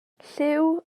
lliw